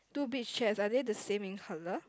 two beach chairs are they the same in colour